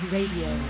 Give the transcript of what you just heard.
Radio